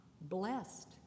blessed